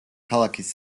ქალაქის